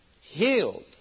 healed